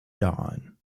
dawn